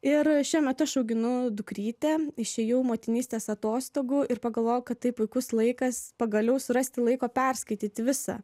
ir šiemet aš auginu dukrytę išėjau motinystės atostogų ir pagalvojau kad tai puikus laikas pagaliau surasti laiko perskaityti visą